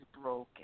broken